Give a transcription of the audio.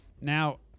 Now